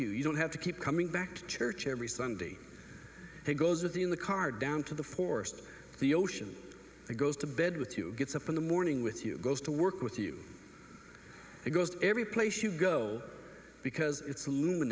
you you don't have to keep coming back to church every sunday he goes with the in the car down to the forest the ocean goes to bed with you gets up in the morning with you goes to work with you it goes everyplace you go because it's lumin